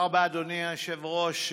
תודה רבה, אדוני היושב-ראש.